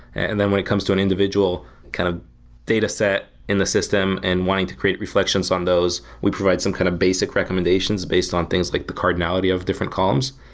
and then when it comes to an individual kind of dataset in the system and wanting to create reflections on those, we provide some kind of basic recommendations based on things like the cardinality of different columns.